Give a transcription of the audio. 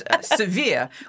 severe